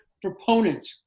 proponent